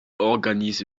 organise